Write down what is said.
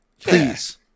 please